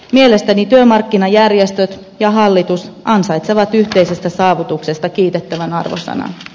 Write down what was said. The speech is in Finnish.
mielestäni työmarkkinajärjestöt ja hallitus ansaitsevat yhteisestä saavutuksesta kiitettävän arvosanan